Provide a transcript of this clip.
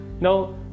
Now